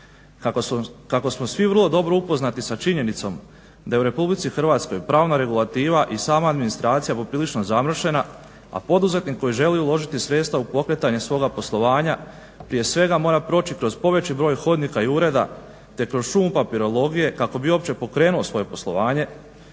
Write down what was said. Kako smo svi vrlo dobro upoznati sa činjenicom da je u Republici Hrvatskoj pravna regulativa i sama administracija poprilično zamršena, a poduzetnik koji želi uložiti sredstva u pokretanje svoga poslovanja prije svega mora proći kroz poveći broj hodnika i ureda, te kroz šumu papirologije kako bi uopće pokrenuo svoje poslovanje